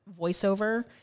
voiceover